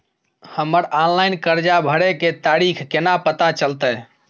हमर ऑनलाइन कर्जा भरै के तारीख केना पता चलते?